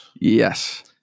yes